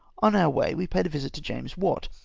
on our way we paid a visit to james watt,